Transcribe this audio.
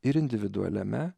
ir individualiame